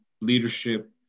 leadership